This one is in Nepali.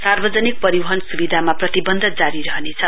सार्वजनिक परिवहन सुविधामा प्रतिवन्ध जारी रहनेछ